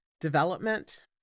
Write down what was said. Development